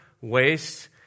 wastes